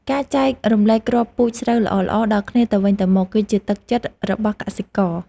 ការចែករំលែកគ្រាប់ពូជស្រូវល្អៗដល់គ្នាទៅវិញទៅមក គឺជាទឹកចិត្តរបស់កសិករ។